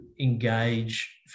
engage